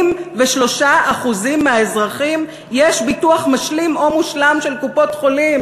ל-83% מהאזרחים יש ביטוח משלים או מושלם של קופות-חולים,